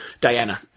Diana